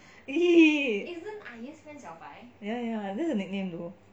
!ee! ya ya that's a nickname though